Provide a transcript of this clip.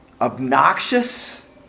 obnoxious